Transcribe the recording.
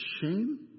shame